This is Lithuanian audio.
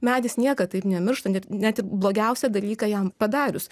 medis niekad taip nemiršta net net ir blogiausią dalyką jam padarius